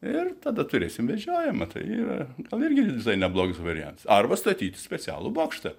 ir tada turėsim vežiojamą tai yra irgi visai neblogas variantas arba statyti specialų bokštą